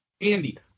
Andy